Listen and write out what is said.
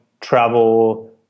travel